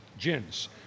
gins